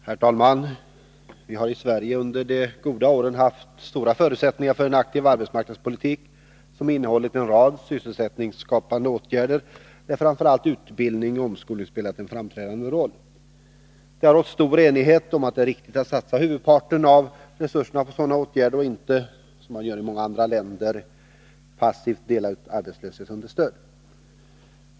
Herr talman! Vi har i Sverige under de goda åren haft stora förutsättningar för en aktiv arbetsmarknadspolitik, som innehållit en rad sysselsättningsskapande åtgärder där framför allt utbildning och omskolning har spelat en framträdande roll. Det har rått stor enighet om att det är riktigt att satsa huvudparten av resurserna på sådana åtgärder och inte — som man gör i många andra länder — passivt dela ut arbetslöshetsunderstöd.